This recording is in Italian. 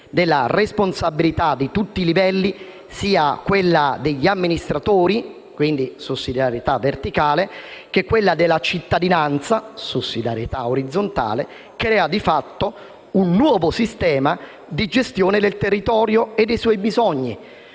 della responsabilità di tutti i livelli, e cioè sia degli amministratori (sussidiarietà verticale) che della cittadinanza (sussidiarietà orizzontale), crea di fatto un nuovo sistema di gestione del territorio e dei suoi bisogni,